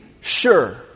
sure